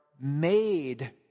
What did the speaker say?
made